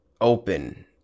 open